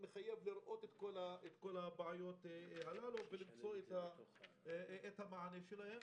מחייבת לראות את כל הבעיות הללו ולמצוא את המענה להן.